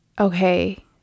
Okay